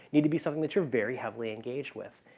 it'd be something that you're very heavily engaged with.